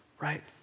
right